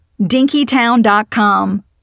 dinkytown.com